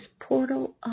portal